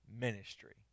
ministry